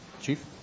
Chief